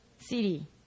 city